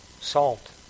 salt